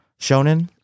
shonen